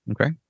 Okay